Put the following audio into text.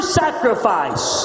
sacrifice